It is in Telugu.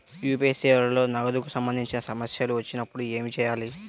యూ.పీ.ఐ సేవలలో నగదుకు సంబంధించిన సమస్యలు వచ్చినప్పుడు ఏమి చేయాలి?